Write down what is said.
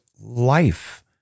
life